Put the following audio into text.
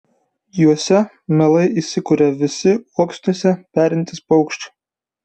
juose mielai įsikuria visi uoksuose perintys paukščiai